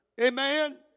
Amen